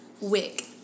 Wig